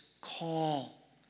call